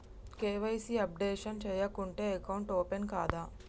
KYC updation చేయకుంటే account open కాదా?